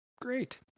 Great